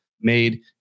made